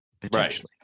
potentially